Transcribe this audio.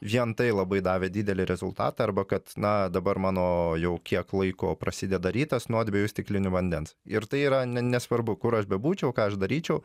vien tai labai davė didelį rezultatą arba kad na dabar mano jau kiek laiko prasideda rytas nuo dviejų stiklinių vandens ir tai yra ne nesvarbu kur aš bebūčiau ką aš daryčiau